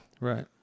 Right